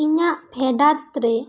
ᱤᱧᱟᱹᱜ ᱯᱷᱮᱵᱟᱛ ᱨᱮ